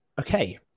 okay